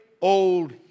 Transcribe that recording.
old